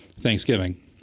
Thanksgiving